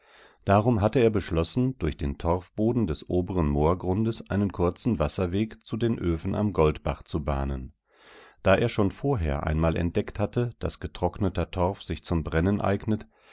darum hatte er beschlossen durch den torfboden des oberen moorgrundes einen kurzen wasserweg zu den öfen am goldbach zu bahnen da er schon vorher einmal entdeckt hatte daß getrockneter torf sich zum brennen eignet